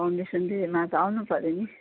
foundation डेमा त आउनु पऱ्यो नि